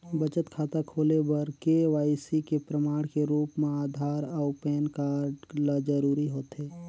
बचत खाता खोले बर के.वाइ.सी के प्रमाण के रूप म आधार अऊ पैन कार्ड ल जरूरी होथे